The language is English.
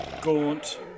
gaunt